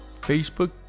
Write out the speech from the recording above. facebook